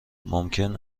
ممکن